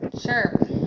Sure